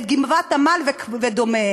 גבעת-עמל ודומיהן?